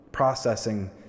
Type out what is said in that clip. processing